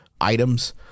items